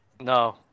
No